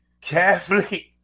Catholic